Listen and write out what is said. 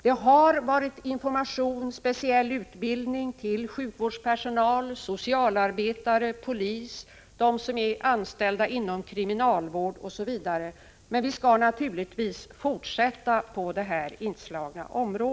Det har getts information och specialutbildning till sjukvårdspersonal, socialarbetare, polis och dem som är anställda inom kriminalvård, osv. Vi skall naturligtvis fortsätta på den inslagna vägen.